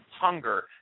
hunger